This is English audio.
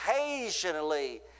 occasionally